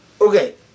Okay